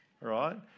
right